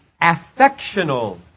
affectional